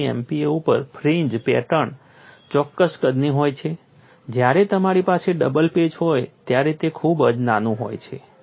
79 MPa ઉપર fringe pattern ચોક્કસ કદની હોય છે જ્યારે તમારી પાસે ડબલ પેચ હોય ત્યારે તે ખૂબ જ નાનું હોય છે